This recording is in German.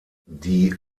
die